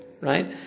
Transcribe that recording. right